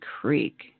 Creek